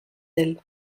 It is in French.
elle